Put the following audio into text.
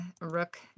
Rook